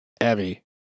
Abby